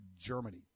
Germany